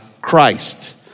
Christ